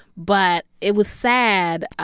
but it was sad.